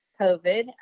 COVID